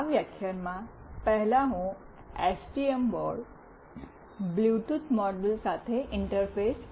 આ વ્યાખ્યાનમાં પહેલા હું એસટીએમ બોર્ડ બ્લૂટૂથ મોડ્યુલ સાથે ઇન્ટરફેસ કરીશ